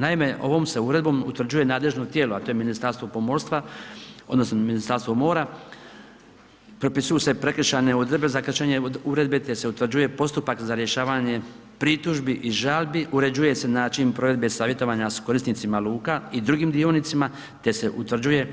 Naime, ovom se uredbom utvrđuje nadležno tijelo, a to je Ministarstvo pomorstva odnosno Ministarstvo mora, propisuju se prekršajne odredbe za … [[Govornik se ne razumije]] uredbe, te se utvrđuje postupak za rješavanje pritužbi i žalbi, uređuje se način provedbe savjetovanja s korisnicima luka i drugim dionicima, te se utvrđuje